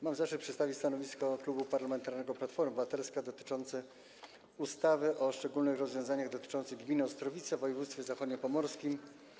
Mam zaszczyt przedstawić stanowisko Klubu Parlamentarnego Platforma Obywatelska w sprawie projektu ustawy o szczególnych rozwiązaniach dotyczących gminy Ostrowice w województwie zachodniopomorskim.